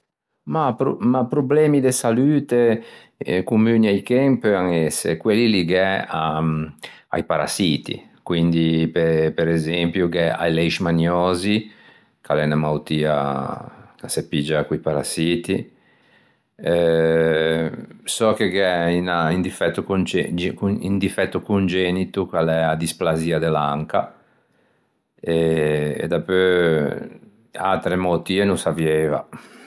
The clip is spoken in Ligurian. Ma problemi de salute communi a-i chen peuan ëse quelli ligæ a-i parassiti. Quindi per esempio gh'é a leishmaniosi, ch'a l'é unna moutia ch'a se piggia co-i parassiti, so che gh'é un difetto congenito ch'a l'é a displasia de l'anca e dapeu atre moutie no savieiva.